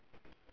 ya